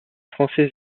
français